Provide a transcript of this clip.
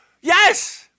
Yes